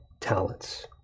talents